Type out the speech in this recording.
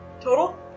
Total